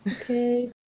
Okay